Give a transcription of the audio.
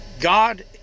God